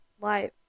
life